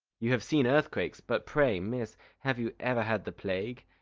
you have seen earthquakes but pray, miss, have you ever had the plague?